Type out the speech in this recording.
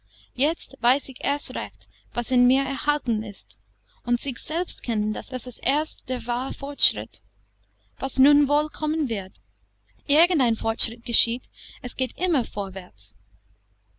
jetzt weiß ich erst recht was in mir enthalten ist und sich selbst kennen das ist erst der wahre fortschritt was nun wohl kommen wird irgend ein fortschritt geschieht es geht immer vorwärts